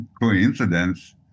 coincidence